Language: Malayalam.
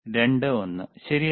21 ശരിയല്ലേ